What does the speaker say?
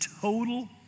total